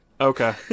Okay